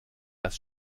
das